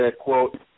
quote